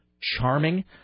charming